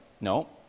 No